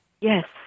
Yes